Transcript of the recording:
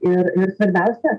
ir ir svarbiausia